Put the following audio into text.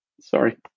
Sorry